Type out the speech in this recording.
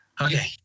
Okay